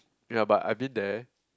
ya but I've been there